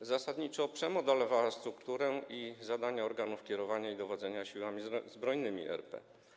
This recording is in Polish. zasadniczo przemodelowała strukturę i zadania organów kierowania i dowodzenia Siłami Zbrojnymi RP.